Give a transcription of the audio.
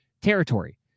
territory